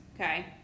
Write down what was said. okay